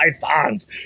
pythons